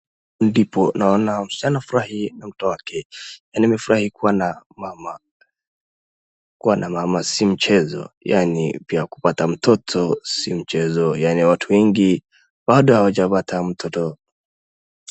Kuna msichana anamwangalia mtoto wake na anafurahia kupata mtoto.